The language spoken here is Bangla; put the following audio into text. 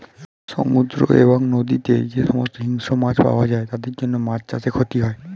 সমুদ্র এবং নদীতে যে সমস্ত হিংস্র মাছ পাওয়া যায় তাদের জন্য মাছ চাষে ক্ষতি হয়